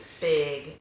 big